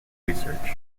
research